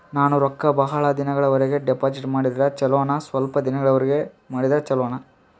ನಾನು ರೊಕ್ಕ ಬಹಳ ದಿನಗಳವರೆಗೆ ಡಿಪಾಜಿಟ್ ಮಾಡಿದ್ರ ಚೊಲೋನ ಸ್ವಲ್ಪ ದಿನಗಳವರೆಗೆ ಮಾಡಿದ್ರಾ ಚೊಲೋನ?